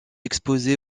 exposé